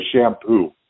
Shampoo